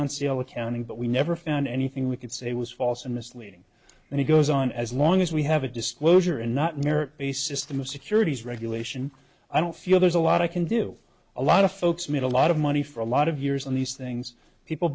sale accounting but we never found anything we could say was false and misleading and it goes on as long as we have a disclosure and not merit based system of securities regulation i don't feel there's a lot of can do a lot of folks made a lot of money for a lot of years on these things people